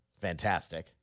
Fantastic